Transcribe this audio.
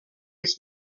its